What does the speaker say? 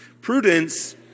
Prudence